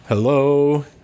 Hello